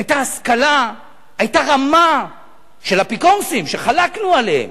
היתה השכלה, היתה רמה של אפיקורסים שחלקנו עליהם,